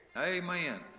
Amen